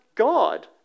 God